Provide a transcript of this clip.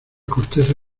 corteza